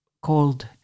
called